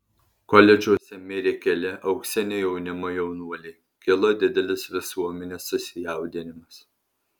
koledžuose mirė keli auksinio jaunimo jaunuoliai kilo didelis visuomenės susijaudinimas